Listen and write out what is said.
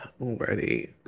already